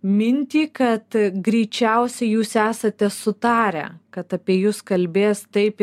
mintį kad greičiausiai jūs esate sutarę kad apie jus kalbės taip